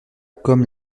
comme